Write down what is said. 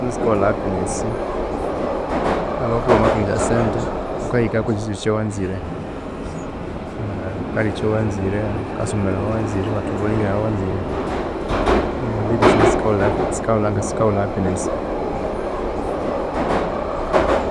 Sente sikawulha hapiness habwokuba wamathunga esya sente wukahika kwekyosi kyosi ekyawanzire kale ekyawanzire wukasomera ahawanzire iwatravellinga ahawanzire indeed esente sikawulha happiness